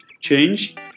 change